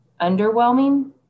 underwhelming